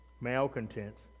malcontents